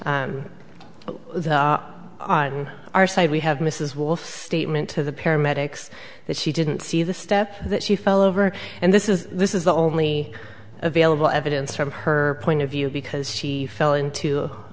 on our side we have mrs wolf statement to the paramedics that she didn't see the step that she fell over and this is this is the only available evidence from her point of view because she fell into